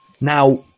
now